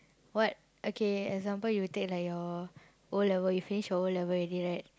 what okay example you take like your O-level you finish your O-level already right